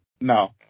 No